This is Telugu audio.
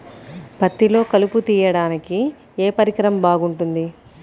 పత్తిలో కలుపు తీయడానికి ఏ పరికరం బాగుంటుంది?